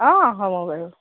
অঁ হ'ব বাৰু